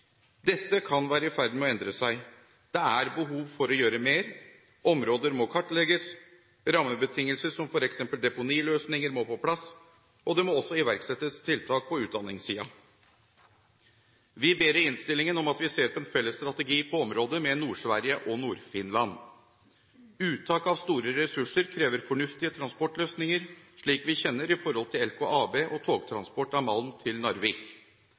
Dette kan være i ferd med å endre seg. Det er behov for å gjøre mer, områder må kartlegges, rammebetingelser som f.eks. deponiløsninger må på plass, og det må også iverksettes tiltak på utdanningssiden. Vi ber i innstillingen om at vi ser på en felles strategi på området med Nord-Sverige og Nord-Finland. Uttak av store ressurser krever fornuftige transportløsninger, slik vi kjenner når det gjelder LKAB og togtransport av malm til Narvik.